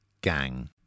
gang